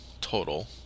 total